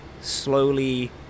slowly